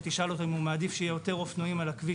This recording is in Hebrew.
שתשאל אותו אם הוא מעדיף שיהיו יותר אופנועים על הכביש